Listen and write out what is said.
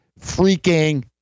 freaking